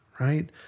right